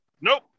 Nope